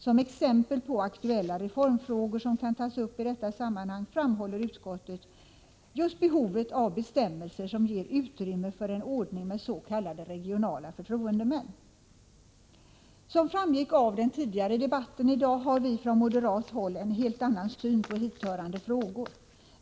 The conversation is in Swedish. Som exempel på aktuella reformfrågor som kan tas upp i detta sammanhang framhåller utskottet just behovet av bestämmelser som ger utrymme för en ordning med s.k. regionala förtroendemän. Som framgick av den tidigare debatten i dag har vi från moderat håll en helt annan syn på hithörande frågor.